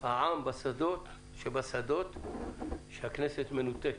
העם שבשדות שהכנסת מנותקת.